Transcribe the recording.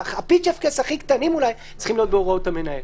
הפיצ'יפקס הכי קטנים צריכים להיות בהוראות המנהל.